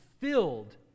filled